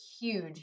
huge